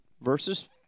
verses